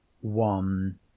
one